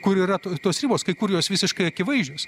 kur yra tos ribos kai kur jos visiškai akivaizdžios